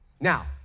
Now